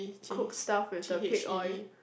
cook stuff with the pig oil